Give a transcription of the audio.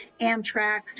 Amtrak